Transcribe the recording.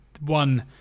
One